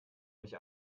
mich